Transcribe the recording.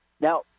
Now